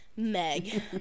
Meg